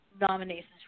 nominations